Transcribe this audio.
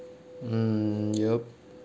mm yup